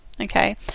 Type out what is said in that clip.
Okay